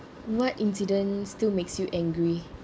what incident still makes you angry